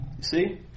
see